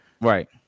right